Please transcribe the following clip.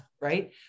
right